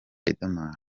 riderman